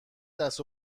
دست